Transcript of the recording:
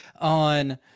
On